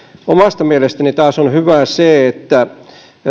omasta mielestäni taas on hyvä se että